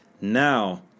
Now